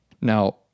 Now